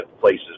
places